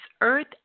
earth